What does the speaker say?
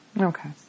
Okay